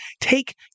take